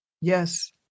Yes